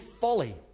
folly